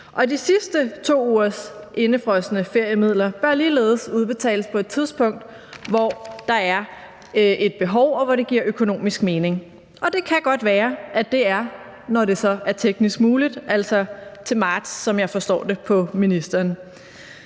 De sidste 2 ugers indefrosne feriemidler bør ligeledes udbetales på et tidspunkt, hvor der er et behov for det, og hvor det giver økonomisk mening. Og det kan godt være, at det så er, når det er teknisk muligt, altså til marts, som jeg forstår det på ministeren.